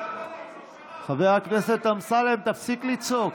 חבר הכנסת אמסלם, תפסיק לצעוק.